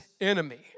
enemy